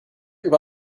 über